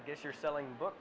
i guess you're selling books